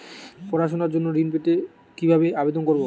পড়াশুনা জন্য ঋণ পেতে কিভাবে আবেদন করব?